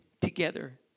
together